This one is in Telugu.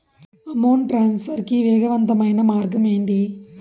అమౌంట్ ట్రాన్స్ఫర్ కి వేగవంతమైన మార్గం ఏంటి